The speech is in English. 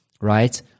right